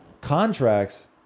contracts